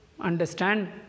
understand